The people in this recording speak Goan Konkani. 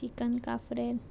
चिकन काफ्रेल